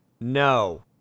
No